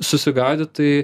susigaudyt tai